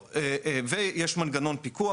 ויש מנגנון פיקוח.